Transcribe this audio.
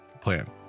plan